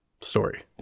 story